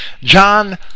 John